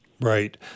Right